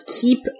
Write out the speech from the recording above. keep